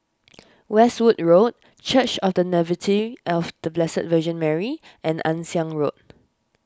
Westwood Road Church of the Nativity of the Blessed Virgin Mary and Ann Siang Road